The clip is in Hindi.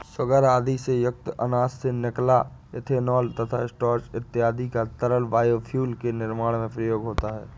सूगर आदि से युक्त अनाज से निकला इथेनॉल तथा स्टार्च इत्यादि का तरल बायोफ्यूल के निर्माण में प्रयोग होता है